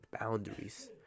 boundaries